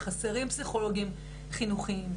חסרים פסיכולוגיים חינוכיים.